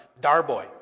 Darboy